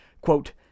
quote